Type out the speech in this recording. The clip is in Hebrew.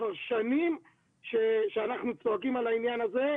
כבר שנים שאנחנו צועקים על העניין הזה.